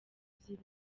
izira